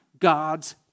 God's